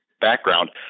background